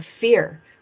fear